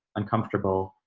uncomfortable,